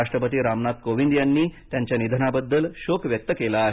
राष्ट्रपती राम नाथ कोविंद यांनी शांतानागौदर यांच्या निधनाबद्दल शोक व्यक्त केला आहे